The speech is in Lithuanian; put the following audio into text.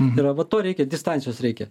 ir va to reikia distancijos reikia